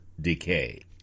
decay